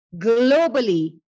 globally